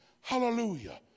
Hallelujah